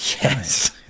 Yes